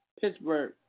Pittsburgh